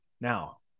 Now